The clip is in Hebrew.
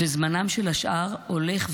וזמנם של השאר הולך ואוזל.